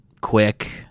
quick